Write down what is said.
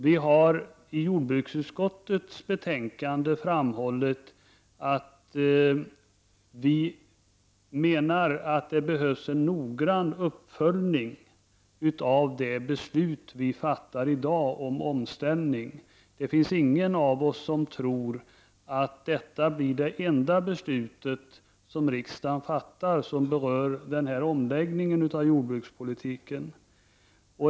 Vi har i jordbruksutskottets betänkande framhållit att det behövs en noggrann uppföljning av det beslut vi i dag fattar om en omställning. Ingen av oss tror att detta blir det enda beslut som riksdagen kommer att fatta med anledning av denna omläggning av jordbrukspolitiken.